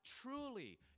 truly